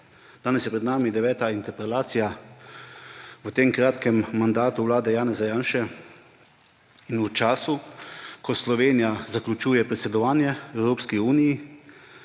danes je pred nami deveta interpelacija v tem kratkem mandatu vlade Janeza Janše in v času, ko Slovenija zaključuje predsedovanje Svetu EU,